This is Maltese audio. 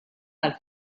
għall